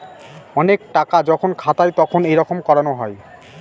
অনেক টাকা যখন খাতায় তখন এইরকম করানো হয়